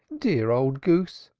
dear old goose,